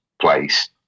place